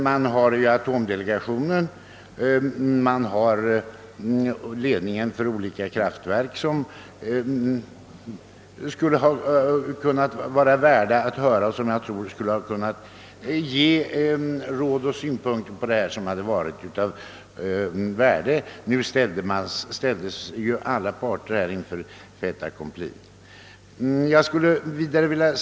Man har vidare atomdelegationen, och man har även ledningarna för olika kraftverk, vilka det hade varit av värde att höra och vilka jag tror skulle ha kunnat ge råd och synpunkter på frågan. Nu ställdes emellertid alla parter inför ett fait accompli.